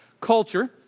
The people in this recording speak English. culture